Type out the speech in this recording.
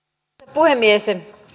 puhemies